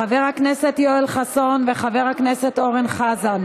חבר הכנסת יואל חסון וחבר הכנסת אורן חזן,